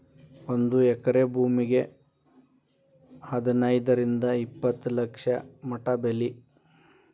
ಒಂದ ಎಕರೆ ಭೂಮಿಗೆ ಹದನೈದರಿಂದ ಇಪ್ಪತ್ತ ಲಕ್ಷ ಮಟಾ ಬೆಲೆ